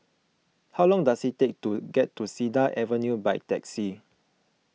how long does it take to get to Cedar Avenue by taxi